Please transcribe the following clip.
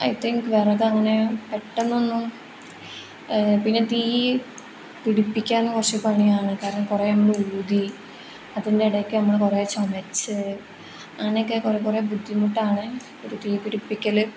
I think വിറകങ്ങനെ പെട്ടെന്നൊന്നും പിന്നെ തീ പിടിപ്പിക്കാൻ കുറച്ച് പണിയാണ് കാരണം കുറേ നമ്മൾ ഊതി അതിൻ്റെ ഇടയ്ക്ക് നമ്മൾ കുറേ ചുമച്ച് അങ്ങനെയൊക്കെ കുറേ കുറേ ബുദ്ധിമുട്ടാണ് ഒരു തീ പിടിപ്പിക്കൽ